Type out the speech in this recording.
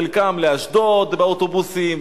חלקם לאשדוד באוטובוסים,